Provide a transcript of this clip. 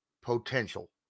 potential